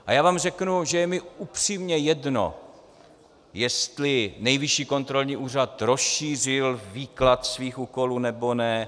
A já vám řeknu, že je mi upřímně jedno, jestli Nejvyšší kontrolní úřad rozšířil výklad svých úkolů, nebo ne.